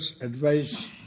advice